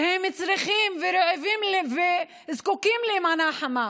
שהם צריכים ורעבים וזקוקים למנה חמה,